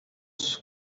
sus